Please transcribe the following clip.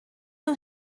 nhw